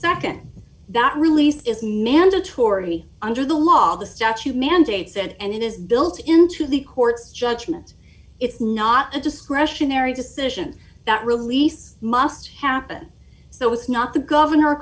second that release is no mandatory under the law the statue mandates and it is built into the court's judgment it's not a discretionary decision that release must happen so it's not the governor